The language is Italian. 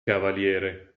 cavaliere